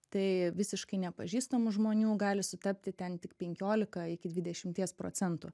tai visiškai nepažįstamų žmonių gali sutapti ten tik penkiolika iki dvidešimties procentų